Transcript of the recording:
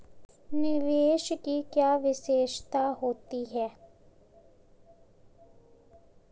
निवेश की क्या विशेषता होती है?